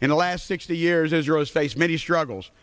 in the last sixty years as heroes face many struggles